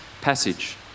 passage